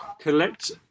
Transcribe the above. collect